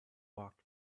walked